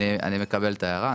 אני מקבל את ההערה.